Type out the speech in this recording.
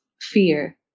fear